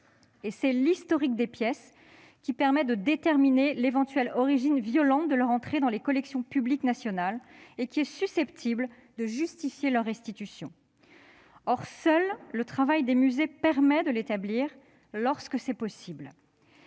cet historique qui permet de déterminer l'éventuelle origine violente de l'entrée des oeuvres dans les collections publiques nationales, laquelle est susceptible de justifier leurs restitutions. Or seul le travail des musées est en mesure de l'établir, lorsque c'est possible.